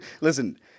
listen